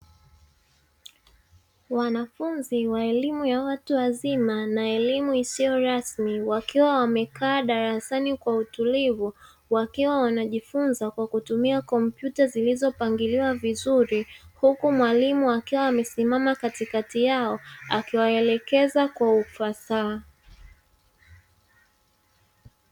Wanafunzi wa elimu ya watu wazima na elimu isiyo rasmi; wakiwa wamekaa darasani kwa utulivu, wakiwa wanajifunza kwa kutumia kompyuta zilizopangiliwa vizuri huku mwalimu akiwa amesimama katikakti yao, akiwaelekeza kwa ufasaha.